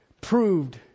proved